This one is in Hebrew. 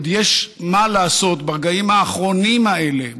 עוד יש מה לעשות ברגעים האחרונים האלה,